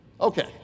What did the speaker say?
Okay